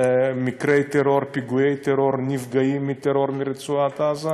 מקרי טרור, פיגועי טרור, נפגעים מטרור מרצועת עזה,